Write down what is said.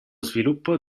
sviluppo